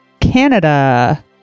Canada